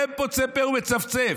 ואין פוצה פה ומצפצף.